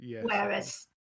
Whereas